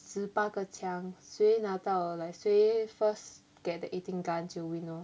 十八个抢谁拿到 like 谁 first get the eighteen gun 就 win orh